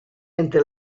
entre